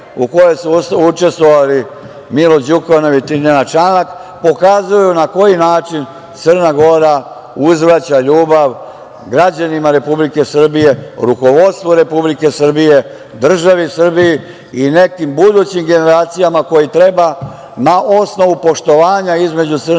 u kojem su učestvovali Milo Đukanović i Nenad Čanak pokazuju na koji način Crna Gora uzvraća ljubav građanima Republike Srbije, rukovodstvu Republike Srbije, državi Srbiji i nekim budućim generacijama koje treba na osnovu poštovanja između Crne Gore